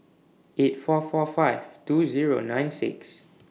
eight four four five two Zero nine six